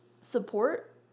support